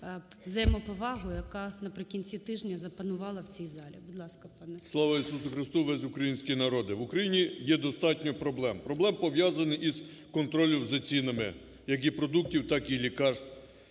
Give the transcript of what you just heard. взаємоповагу, яка наприкінці тижня запанувала в цій залі. Будь ласка. 14:07:20 БАРНА О.С. Слава Ісусу Христу, весь український народе! В Україні є достатньо проблем, проблеми, пов'язані із контролем за цінами, як і продуктів, так ліків,